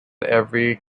every